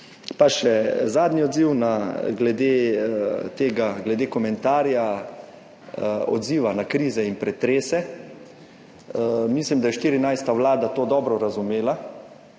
Pa še zadnji odziv na glede tega, glede komentarja, odziva na krize in pretrese. Mislim, da je 14. Vlada to dobro razumela.